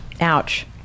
ouch